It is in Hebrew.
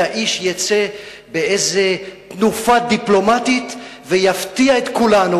והאיש יצא באיזו תנופה דיפלומטית ויפתיע את כולנו,